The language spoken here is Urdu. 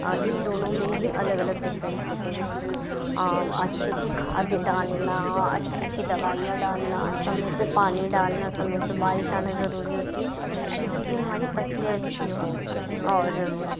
ان دونوں میں ہی الگ الگ ڈفرینس کرتے ہیں جیسے کہ اچھی اچھی کھاد ڈالنا اچھی اچھی دوائیاں ڈالنا سب میں پھر پانی ڈالنا سب میں بارش آنا ضروری ہوتی ہے جس سے کہ ہماری فصلیں اچھی ہوں اور